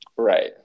right